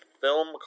Film